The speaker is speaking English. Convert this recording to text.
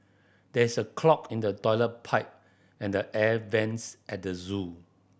there is a clog in the toilet pipe and the air vents at the zoo